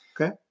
Okay